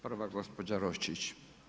Prva gospođa Roščić.